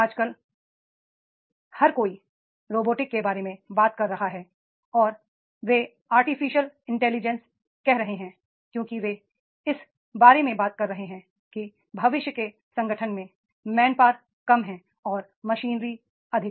आजकल हर कोई रोबोटिक्स के बारे में बात कर रहा है और वे आर्टिफिशियल इंटेलिजेंस कह रहे हैं इसलिए वे इस बारे में बात कर रहे हैं कि भविष्य के संगठन में मैन पावर कम हैं और मशीनरी अधिक